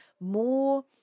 more